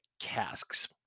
casks